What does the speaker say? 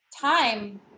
time